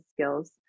skills